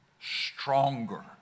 stronger